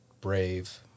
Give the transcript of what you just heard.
brave